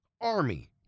Army